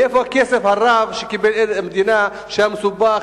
מאיפה הכסף הרב שקיבל עד המדינה שהיה מסובך